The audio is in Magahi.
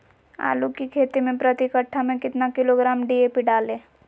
आलू की खेती मे प्रति कट्ठा में कितना किलोग्राम डी.ए.पी डाले?